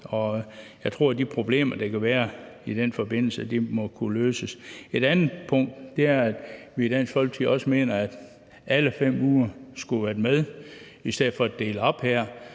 Og jeg tror, at de problemer, der kan være i den forbindelse, må kunne løses. Et andet punkt er, at vi i Dansk Folkeparti også mener, at alle 5 uger skulle have været med, i stedet for at man her